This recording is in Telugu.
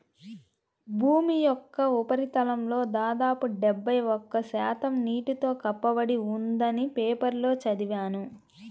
భూమి యొక్క ఉపరితలంలో దాదాపు డెబ్బై ఒక్క శాతం నీటితో కప్పబడి ఉందని పేపర్లో చదివాను